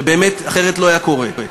שבאמת אחרת לא היה קורה.